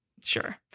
Sure